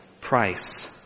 price